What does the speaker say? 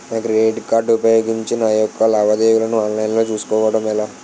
నా credit card ఉపయోగించి నా యెక్క లావాదేవీలను ఆన్లైన్ లో చేసుకోవడం ఎలా?